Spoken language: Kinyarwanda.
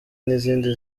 n’izindi